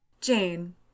jane